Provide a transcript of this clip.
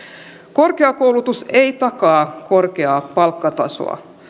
korkeakoulutus ei takaa korkeaa palkkatasoa